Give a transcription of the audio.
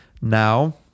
Now